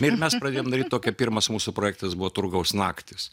ir mes pradėjom daryi tokią pirmas mūsų projektas buvo turgaus naktys